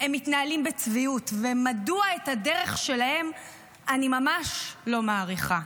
הם מתנהלים בצביעות ומדוע את הדרך שלהם אני ממש לא מעריכה.